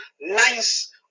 nice